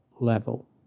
level